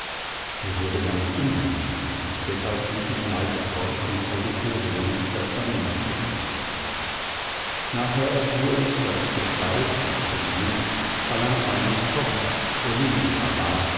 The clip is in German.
mir wurde ganz unheimlich und deshalb schlich ich leise fort ins auditorium das daneben gelegen nachher erfuhr ich daß die gestalt die ich gesehen spalanzanis tochter olimpia war